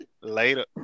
later